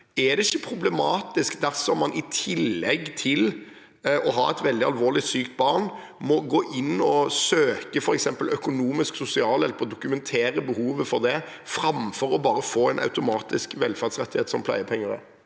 er det ikke problematisk dersom man i tillegg til å ha et veldig alvorlig sykt barn må gå inn og søke f.eks. økonomisk sosialhjelp og dokumentere behovet for det, framfor bare å få en automatisk velferdsrettighet som pleiepenger